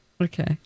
Okay